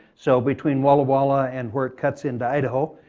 so between walla walla and where it cuts into idaho,